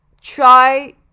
try